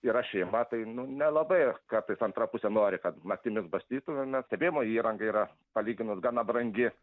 yra šeima tai nu nelabai kartais antra pusė nori kad naktimis bastytumėmės stebėjimo įranga yra palyginus gana brangi